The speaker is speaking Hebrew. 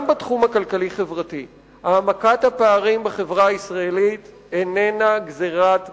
גם בתחום הכלכלי-חברתי העמקת הפערים בחברה הישראלית איננה גזירת גורל,